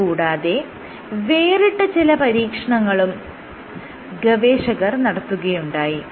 ഇത് കൂടാതെ വേറിട്ട ചില പരീക്ഷണങ്ങളും ഗവേഷകർ നടത്തുകയുണ്ടായി